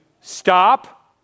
stop